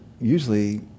usually